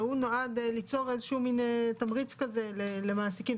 שנועד ליצור מין תמריץ למעסיקים.